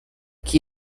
que